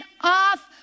off